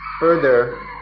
Further